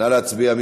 נא להצביע.